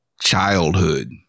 childhood